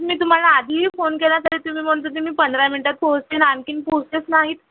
मी तुम्हाला आधीही फोन केला तरी तुम्ही म्हणत होते मी पंधरा मिनिटात पोहोचते नं आणखीन पोहोचलेच नाहीत